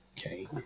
Okay